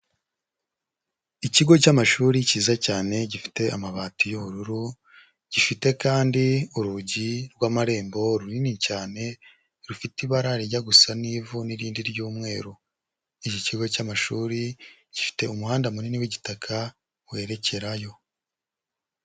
Ikigo cy'amashuri cyiza cyane gifite amabati y'ubururu, gifite kandi urugi rw'amarembo runini cyane rufite ibara rijya gusa n'ivu n'irindi ry'umweru. Iki kigo cy'amashuri gifite umuhanda munini w'igitaka werekerayo.